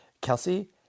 kelsey